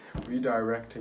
redirecting